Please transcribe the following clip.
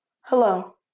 Hello